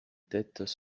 têtes